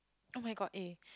[oh]-my-god eh